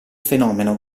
fenomeno